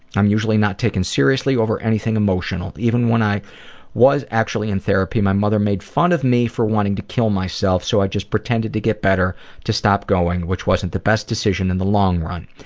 i'm usually not taken seriously over anything emotional. even when i was actually in therapy my mother made fun of me for wanting to kill myself so i just pretended to get better to stop going which wasn't the best decision in the long run.